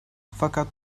fakat